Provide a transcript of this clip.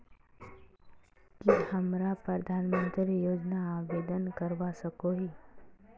की हमरा प्रधानमंत्री योजना आवेदन करवा सकोही?